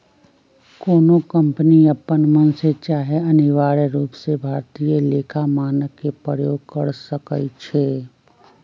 कोनो कंपनी अप्पन मन से चाहे अनिवार्य रूप से भारतीय लेखा मानक के प्रयोग कर सकइ छै